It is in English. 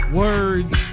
words